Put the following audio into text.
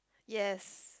yes